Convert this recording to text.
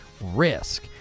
risk